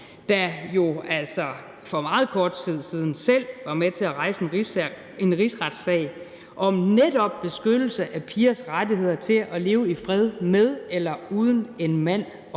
der jo altså for meget kort tid siden selv var med til at rejse en rigsretssag om netop beskyttelse af pigers rettigheder til at leve i fred med eller uden en mand